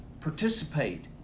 participate